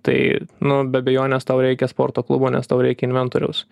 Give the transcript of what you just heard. tai nu be abejonės tau reikia sporto klubo nes tau reikia inventoriaus